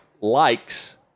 likes